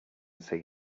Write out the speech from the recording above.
see